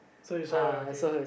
so you saw it okay